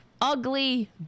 ugly